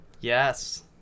Yes